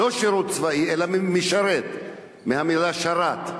לא שירות צבאי אלא משרת מהמלה שרת.